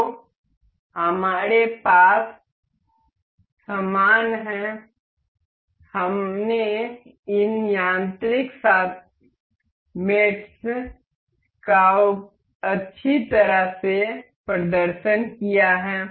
तो हमारे पास समान है हमने इन यांत्रिक साथियों का अच्छी तरह से प्रदर्शन किया है